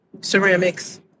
ceramics